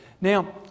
now